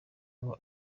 ngo